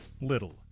little